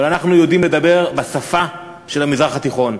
אבל אנחנו יודעים לדבר בשפה של המזרח התיכון.